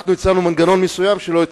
אנחנו יצרנו מנגנון מסוים, שלא התקבל.